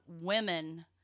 women